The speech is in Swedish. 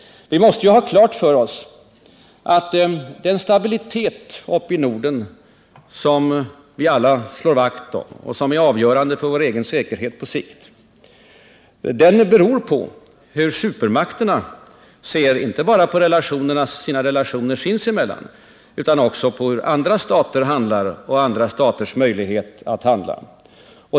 Vi måste ju ha klart för oss att den stabilitet uppe i Norden som vi alla slår vakt om och som är avgörande för vår egen säkerhet på sikt beror på hur supermakterna ser inte bara på sina relationer sinsemellan utan också på hur andra stater handlar och vilka möjligheter andra stater har att handla.